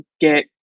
get